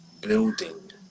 building